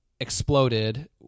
exploded